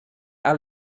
are